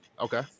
Okay